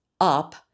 up